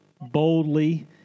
boldly